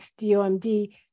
DOMD